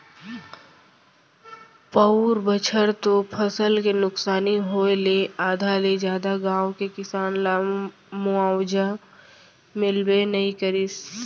पउर बछर तो फसल के नुकसानी होय ले आधा ले जादा गाँव के किसान ल मुवावजा मिलबे नइ करिस